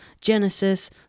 Genesis